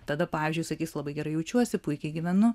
tada pavyzdžiui sakys labai gerai jaučiuosi puikiai gyvenu